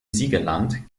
siegerland